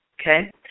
Okay